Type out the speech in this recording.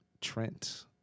Trent